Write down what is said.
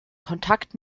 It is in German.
kontakt